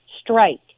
strike